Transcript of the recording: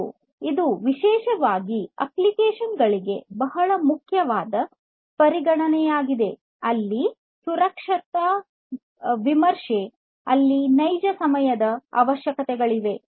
ಮತ್ತು ಇದು ವಿಶೇಷವಾಗಿ ಸುರಕ್ಷತಾ ವಿಮರ್ಶೆ ನೈಜ ಸಮಯದ ಅವಶ್ಯಕತೆ ಅಪ್ಲಿಕೇಶನ್ಗಳಿಗೆ ಬಹಳ ಮುಖ್ಯವಾದ ಪರಿಗಣನೆಯಾಗಿದೆ